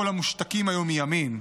כל המושתקים היו מימין.